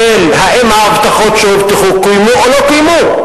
והאם ההבטחות שהובטחו קוימו או לא קוימו.